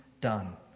done